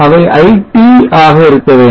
அவை iT ஆக இருக்க வேண்டும்